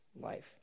life